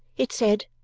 it said,